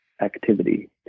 activity